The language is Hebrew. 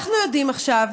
אנחנו יודעים עכשיו